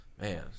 man